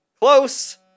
close